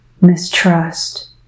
mistrust